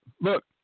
look